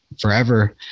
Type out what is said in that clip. forever